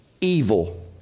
evil